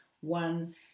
one